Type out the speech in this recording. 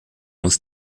muss